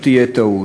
פשוט תהיה טעות.